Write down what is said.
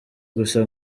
gusa